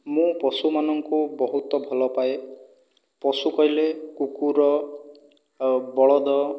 ମୁଁ ପଶୁମାନଙ୍କୁ ବହୁତ ଭଲ ପାଏ ପଶୁ କହିଲେ କୁକୁର ବଳଦ